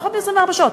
פחות מ-24 שעות,